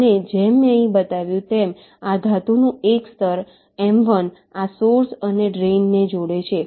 અને જેમ મેં અહીં બતાવ્યું તેમ આ ધાતુનું એક સ્તર m1 આ સોર્સ અને ડ્રેઇન ને જોડે છે